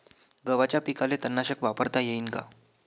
गव्हाच्या पिकाले तननाशक वापरता येईन का?